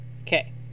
Okay